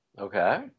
Okay